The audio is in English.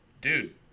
dude